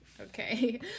Okay